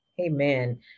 Amen